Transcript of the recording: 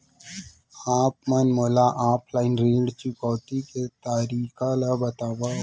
आप मन मोला ऑफलाइन ऋण चुकौती के तरीका ल बतावव?